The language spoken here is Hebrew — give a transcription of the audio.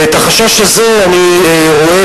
ואת החשש הזה אני רואה,